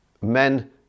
men